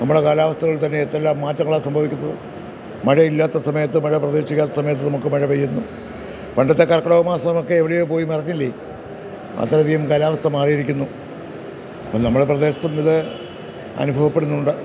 നമ്മുടെ കാലാവസ്ഥകളിൽത്തന്നെ എന്തെല്ലാം മാറ്റങ്ങളാ സംഭവിക്കുന്നത് മഴയില്ലാത്ത സമയത്ത് മഴ പ്രതീക്ഷിക്കാത്ത സമയത്ത് നമുക്ക് മഴ പെയ്യുന്നു പണ്ടത്തെ കർക്കിടകമാസമൊക്കെ എവിടെയോ പോയി മറഞ്ഞില്ലേ അത്രയധികം കാലാവസ്ഥ മാറിയിരിക്കുന്നു അത് നമ്മുടെ പ്രദേശത്തും ഇത് അനുഭവപ്പെടുന്നുണ്ട്